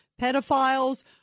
pedophiles